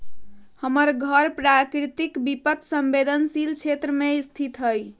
हमर घर प्राकृतिक विपत संवेदनशील क्षेत्र में स्थित हइ